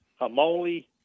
Hamoli